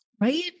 right